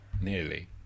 Nearly